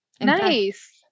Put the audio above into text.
Nice